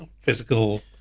physical